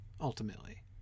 ultimately